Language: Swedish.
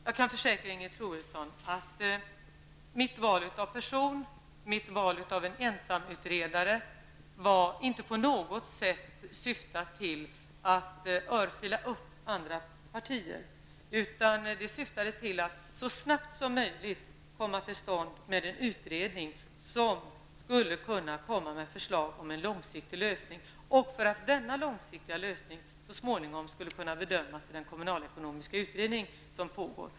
Jag kan försäkra Ingegerd Troedsson att mitt val av person och mitt val av en ensamutredare inte på något sätt syftade till att ge övriga partier en örfil, utan syftet var att så snabbt som möjligt få i gång en utredning som skulle kunna utarbeta ett förslag till en långsiktig lösning, en lösning som så småningom skall bedömas av den kommunalekononiska utredning som pågår.